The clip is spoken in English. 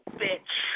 bitch